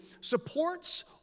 supports